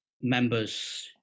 members